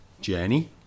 journey